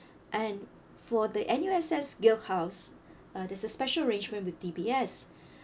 and for the N_U_S_S guild house uh there's a special arrangement with D_B_S